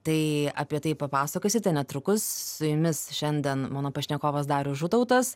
tai apie tai papasakosite netrukus su jumis šiandien mano pašnekovas darius žutautas